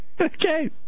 Okay